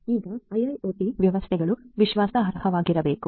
ಈಗ IIoT ವ್ಯವಸ್ಥೆಗಳು ವಿಶ್ವಾಸಾರ್ಹವಾಗಿರಬೇಕು